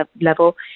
level